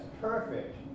perfect